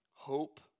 hope